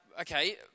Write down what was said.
okay